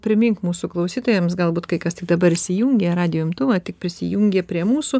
primink mūsų klausytojams galbūt kai kas tik dabar įsijungė radijo imtuvą tik prisijungė prie mūsų